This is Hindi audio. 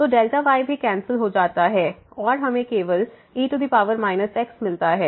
तो y भी कैंसिल हो जाता है और हमें केवल e x मिलता है